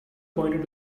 pointed